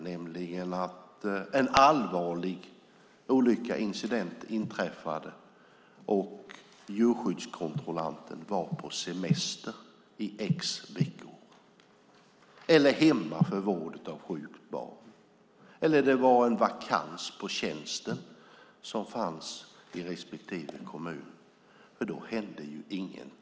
Om en allvarlig olycka eller incident inträffade och djurskyddskontrollanten var på semester i x veckor eller hemma för vård av sjukt barn eller om det var en vakans på tjänsten i respektive kommun hände ingenting. Herr talman!